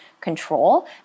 control